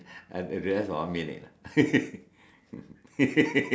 ya don't have the safety uh